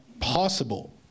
possible